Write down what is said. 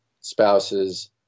spouses